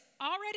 already